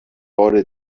بار